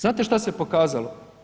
Znate šta se pokazalo?